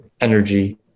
energy